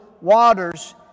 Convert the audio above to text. waters